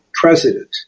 president